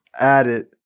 added